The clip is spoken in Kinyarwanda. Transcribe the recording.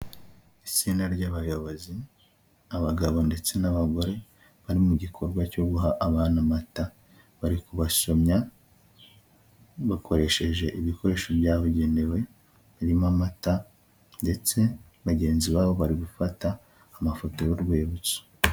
Itsinda ry'abayobozi abagabo ndetse n'abagore bari mu gikorwa cyo guha abantu amata, bari kubasomya bakoresheje ibikoresho byabugenewe harimo amata, ndetse bagenzi babo bari gufata amafoto y'urwibutso.